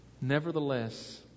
nevertheless